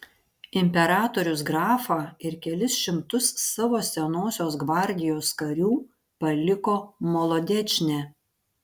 imperatorius grafą ir kelis šimtus savo senosios gvardijos karių paliko molodečne